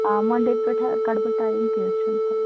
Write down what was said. آ مَنٛڈے پیٚٹھٕ کٔڈٕ بہٕ ٹایم کیٚنٛہہ چھُنہٕ پَرواے